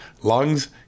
lungs